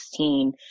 2016